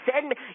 send